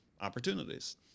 opportunities